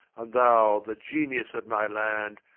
and thou, the genius of my land,